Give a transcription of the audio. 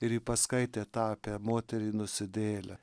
ir ji paskaitė tą apie moterį nusidėjėlę